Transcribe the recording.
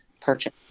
purchase